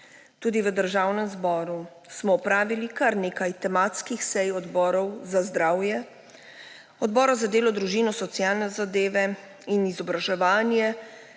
Tudi v Državnem zboru smo opravili kar nekaj tematskih sej Odbora za zdravje, Odbora za delo, družino, socialne zadeve in Odbora za